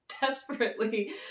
desperately